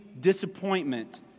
disappointment